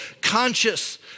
conscious